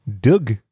Doug